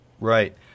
Right